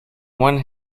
one